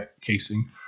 casing